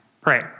pray